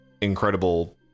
incredible